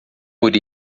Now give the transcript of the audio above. por